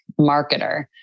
marketer